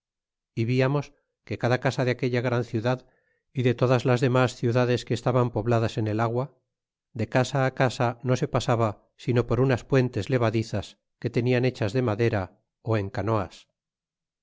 y viamos que cada casa de aquella gran ciudad y de todas las demas ciudades que estaban pobladas en el agua de casa casa no se pasaba sino por unas puentes levadizas que tenian hechas de madera en canoas